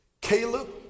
Caleb